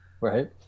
Right